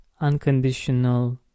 unconditional